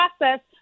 process